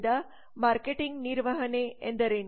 ಆದ್ದರಿಂದ ಮಾರ್ಕೆಟಿಂಗ್ ನಿರ್ವಹಣೆ ಎಂದರೇನು